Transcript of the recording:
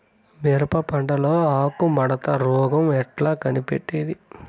మిరప పంటలో ఆకు ముడత రోగం ఎట్లా కనిపెట్టేది?